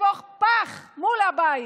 לשפוך פח מול הבית,